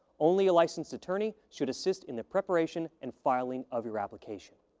only a licensed attorney should assist in the preparation and filing of your application.